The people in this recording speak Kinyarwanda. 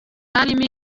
harimo